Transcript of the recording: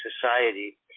society